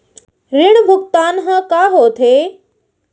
ऋण भुगतान ह का होथे?